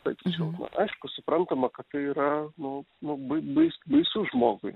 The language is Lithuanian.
sakyčiau na aišku suprantama kad tai yra nu nu bai bais baisu žmogui